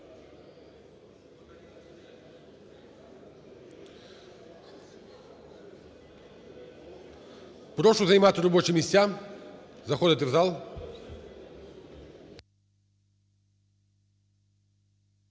Прошу займати робочі місця, заходити в зал.